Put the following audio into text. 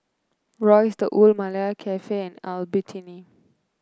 Royce The Old Malaya Cafe and Albertini